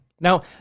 Now